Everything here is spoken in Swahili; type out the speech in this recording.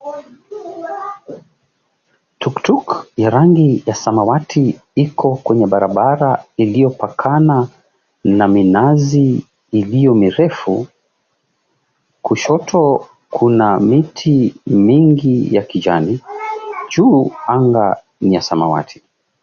Tuk tuk ya rangi ya samawati iko kwenye barabara iliyopakana na minazi iliyo mirefu. Kushoto kuna miti mingi ya kijani juu anga ni ya samawati.